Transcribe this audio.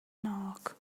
knock